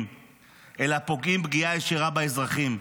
אלא פוגעים פגיעה ישירה באזרחים,